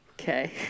Okay